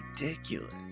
ridiculous